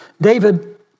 David